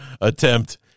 attempt